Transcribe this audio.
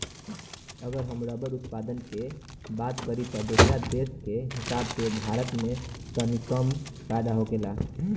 अगर हम रबड़ उत्पादन करे के बात करी त दोसरा देश के हिसाब से भारत में तनी कम पैदा होखेला